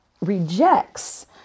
rejects